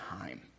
time